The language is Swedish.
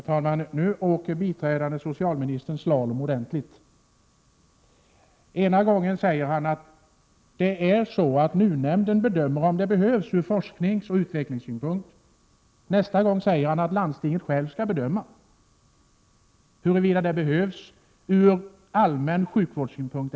Herr talman! Nu åker biträdande socialministern slalom ordentligt. Ena gången säger han: NUU-nämnden bedömer om det finns behov ur forskningsoch utbildningssynpunkt. Nästa gång säger han att landstinget självt skall bedöma huruvida det finns behov ur allmän sjukvårdssynpunkt.